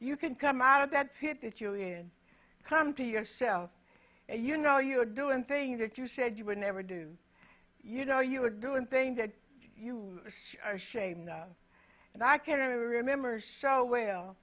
you can come out of that hit the chilean come to yourself and you know you are doing things that you said you would never do you know you are doing things that you are ashamed of and i can only remember show w